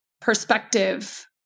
perspective